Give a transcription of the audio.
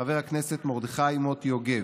חבר הכנסת מרדכי מוטי יוגב,